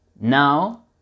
now